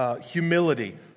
humility